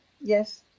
yes